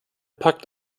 pakt